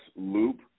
loop